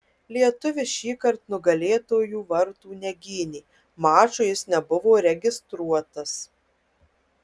lietuvis šįkart nugalėtojų vartų negynė mačui jis nebuvo registruotas